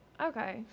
Okay